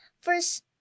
first